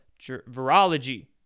Virology